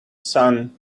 sun